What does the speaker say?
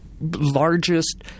largest